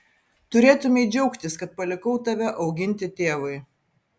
turėtumei džiaugtis kad palikau tave auginti tėvui